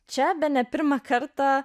čia bene pirmą kartą